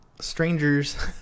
strangers